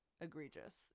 egregious